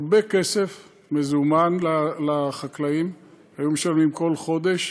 הרבה כסף מזומן שהחקלאים היו משלמים כל חודש,